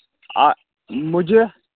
آ مُجہِ